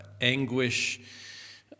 anguish